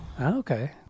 Okay